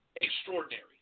extraordinary